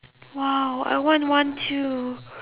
!wow! I want one too